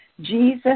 Jesus